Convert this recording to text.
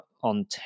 on